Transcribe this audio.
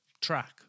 track